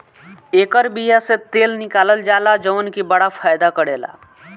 एकर बिया से तेल निकालल जाला जवन की बड़ा फायदा करेला